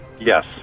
Yes